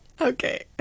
Okay